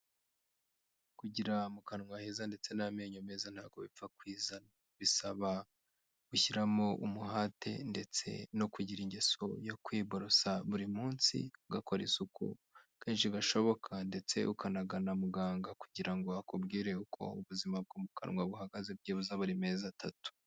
Kugira mu kanwa heza ndetse n'amenyo meza ntabwo bipfa kwizana bisaba gushyiramo umuhate ndetse no kugira ingeso yo kwiborosa buri munsi ugakora isuku kenshi gashoboka ndetse ukanagana muganga kugira ngo akubwire uko ubuzima bwo mu kanwa buhagaze byibuze buri mezi atatu.